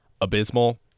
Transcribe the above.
abysmal